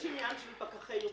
יש עניין של פקחי ירושלים.